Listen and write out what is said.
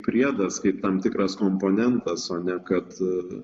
priedas kaip tam tikras komponentas o ne kad